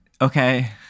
Okay